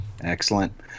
Excellent